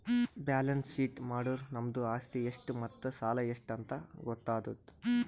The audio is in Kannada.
ಬ್ಯಾಲೆನ್ಸ್ ಶೀಟ್ ಮಾಡುರ್ ನಮ್ದು ಆಸ್ತಿ ಎಷ್ಟ್ ಮತ್ತ ಸಾಲ ಎಷ್ಟ್ ಅಂತ್ ಗೊತ್ತಾತುದ್